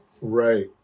Right